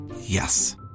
Yes